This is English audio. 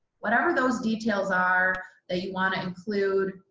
whatever those details are that you want to include.